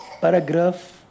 paragraph